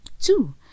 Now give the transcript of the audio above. two